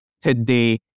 today